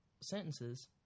sentences